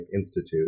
Institute